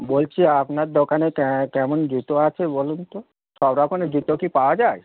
বলছি আপনার দোকানে ক্যা কেমন জুতো আছে বলুন তো সব রকমের জুতো কি পাওয়া যায়